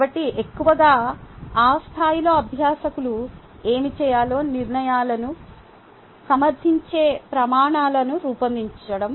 కాబట్టి ఎక్కువగా ఆ స్థాయిలో అభ్యాసకులు ఏమి చేయాలో నిర్ణయాలను సమర్థించే ప్రమాణాలను రూపొందించడం